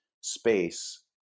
space